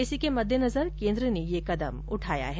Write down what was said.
इसी के मददेनजर केन्द्र ने ये कदम उठाया हैं